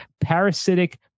Parasitic